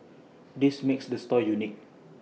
this makes the store unique